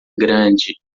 grande